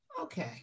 Okay